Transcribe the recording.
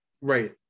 Right